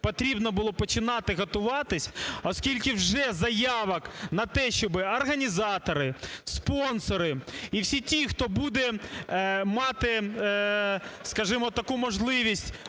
потрібно було починати готуватись, оскільки вже заявок на те, щоб організатори, спонсори і всі ті, хто буде мати, скажімо, таку можливість